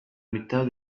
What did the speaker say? mitad